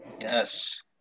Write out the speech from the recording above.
Yes